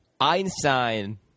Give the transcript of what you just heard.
Einstein